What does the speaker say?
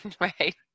Right